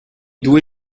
due